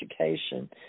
education